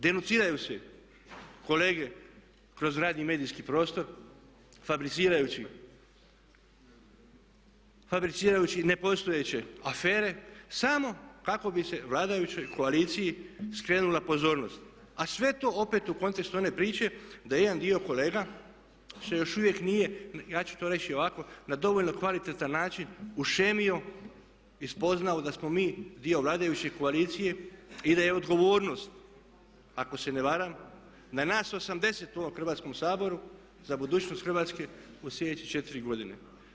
Denuciraju se kolege kroz razni medijski prostor fabricirajući nepostojeće afere samo kako bi se vladajućoj koaliciji skrenula pozornost, a sve to opet u kontekstu one priče da jedan dio kolega se još uvijek nije, ja ću to reći ovako na dovoljno kvalitetan način ušemio i spoznao da smo mi dio vladajuće koalicije i da je odgovornost ako se ne varam na nas 80 u ovom Hrvatskom saboru za budućnost Hrvatske u sljedeće četiri godine.